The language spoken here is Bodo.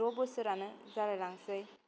द' बोसोरानो जालाय लांसै